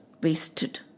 wasted